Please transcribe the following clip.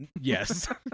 Yes